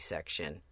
Section